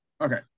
Okay